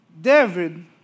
David